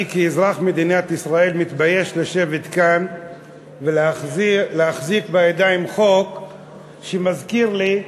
אני כאזרח מדינת ישראל מתבייש לשבת כאן ולהחזיק בידיים חוק שמזכיר לי,